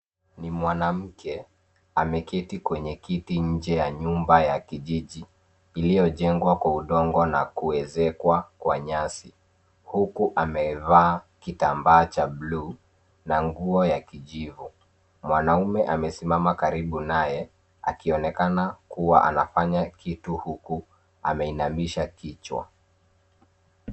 Ni mwanamke ameketi kwenye kiti nje ya nyumba ya kijiji iliojengwa kwa udongo na kuezekwa kwa nyasi huku amevaa kitambaa cha buluu na nguo ya kijivu. Mwanaume amesimama karibu naye akionekana kuwa anafanya kitu huku ameinamisha kichwa.